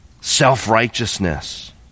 self-righteousness